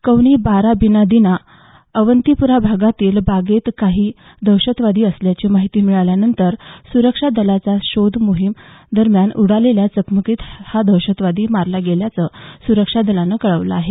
कौनी बाराबीनादिना अवंतीपोरा भागातील बागेत काही दहशतवादी असल्याची माहिती मिळाल्यानंतर सुरक्षा दलाच्या शोध मोहिमेदरम्यान उडालेल्या चकमकीत हा दहशतवादी मारला गेल्याचं सुरक्षा दलानं कळवलं आहे